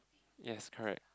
yes correct